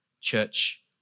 Church